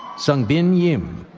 sungbin yim,